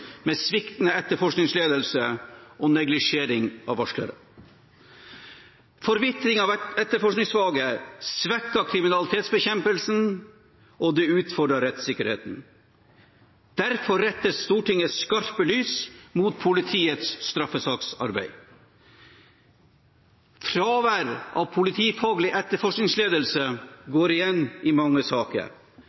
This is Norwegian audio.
med sviktende etterforskningsledelse og neglisjering av varslere. Forvitring av etterforskningsfaget svekker kriminalitetsbekjempelsen, og det utfordrer rettsikkerheten. Derfor rettes Stortingets skarpe lys mot politiets straffesaksarbeid. Fravær av politifaglig etterforskningsledelse går igjen i mange saker.